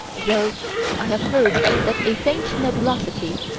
though i have heard that a faint nebulosity,